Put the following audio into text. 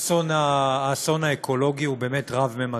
האסון האקולוגי הוא באמת רב-ממדים.